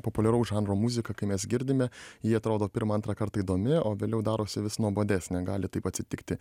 populiaraus žanro muziką kai mes girdime ji atrodo pirmą antrą kartą įdomi o vėliau darosi vis nuobodesnė gali taip atsitikti